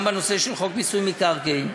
גם בנושא של חוק מיסוי מקרקעין: